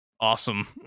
awesome